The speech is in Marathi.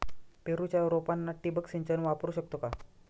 पेरूच्या रोपांना ठिबक सिंचन वापरू शकतो का?